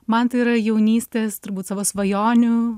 man tai yra jaunystės turbūt savo svajonių